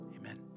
Amen